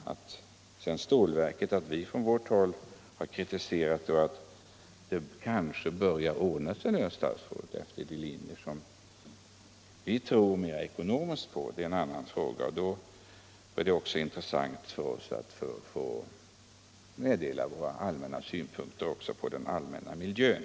Sedan är det en annan sak att vi från vårt håll har kritiserat stålverket och att det kanske börjar ordna sig efter de linjer i fråga om ekonomin som vi tror mera på. Det är också intressant för oss att få meddela våra synpunkter på den allmänna miljön.